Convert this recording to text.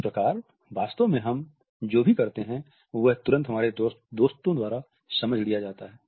इसप्रकार वास्तव में हम जो भी करते हैं वह तुरंत हमारे दोस्तों द्वारा समझ लिया जाता है